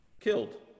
killed